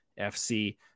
FC